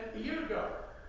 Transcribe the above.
year ago,